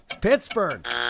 Pittsburgh